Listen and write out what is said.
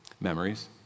Memories